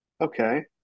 okay